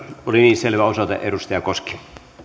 oli niin selvä osoite edustaja koski kiitos arvoisa